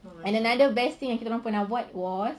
and another best thing I yang kita orang pernah buat was